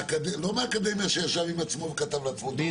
לא מהאקדמיה שישב עם עצמו וכתב לעצמו תוכניות.